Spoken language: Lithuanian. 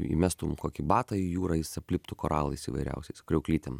įmestum kokį batą į jūrą jis apliptų koralais įvairiausiais kriauklytėm